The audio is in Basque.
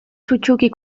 sutsuki